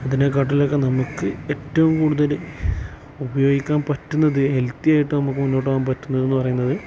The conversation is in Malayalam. അതിനെക്കാളും ഒക്കെ നമുക്ക് ഏറ്റവും കൂടുതൽ ഉപയോഗിക്കാൻ പറ്റുന്നത് ഹെൽത്തിയായിട്ട് നമുക്ക് മുന്നോട്ടു പോവാൻ പറ്റുന്നതെന്ന് പറയുന്നത്